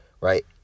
right